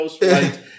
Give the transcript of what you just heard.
right